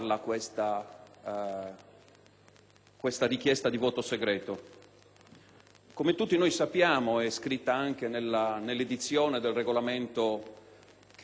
la richiesta di voto segreto. Come tutti sappiamo (è scritto anche nell'edizione del Regolamento che è affidata a questa legislatura),